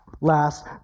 last